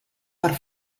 per